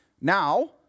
Now